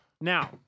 Now